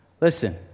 Listen